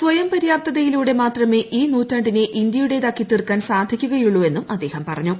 സ്വയം പര്യാപ്തതയിലൂടെ മാത്രമേ ഈ നൂറ്റാണ്ടിനെ ഇന്ത്യയുടേതാക്കിത്തീർക്കാൻ സാധിക്കുകയുള്ളൂ എന്നും അദ്ദേഹം പറഞ്ഞു